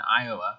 Iowa